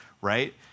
right